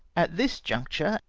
at this juncture,